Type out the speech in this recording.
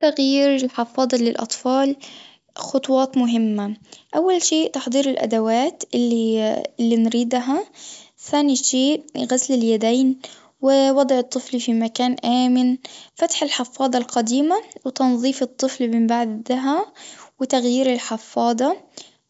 تغيير الحفاضة للأطفال خطوات مهمة، أول شيء تحضير الأدوات اللي اللي نريدها، ثاني شيء غسل اليدين ووضع الطفل في مكان آمن، فتح الحفاضة القديمة، وتنظيف الطفل من بعدها وتغيير الحفاضة